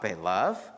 love